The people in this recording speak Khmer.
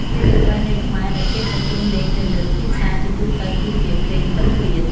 ភ្លេងប្រពៃណីខ្មែរដែលគេប្រគុំលេងនៅលើ ទីផ្សារ ជាទូទៅគឺជា ភ្លេងពិណពាទ្យ។